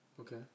Okay